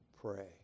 pray